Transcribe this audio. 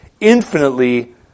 Infinitely